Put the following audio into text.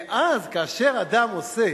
ואז, כשאדם עושה